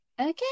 okay